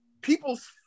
people's